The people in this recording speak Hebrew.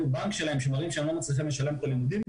הבנק שלהם ומראים שהם לא מצליחים לשלם את הלימודים.